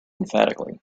emphatically